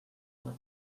pot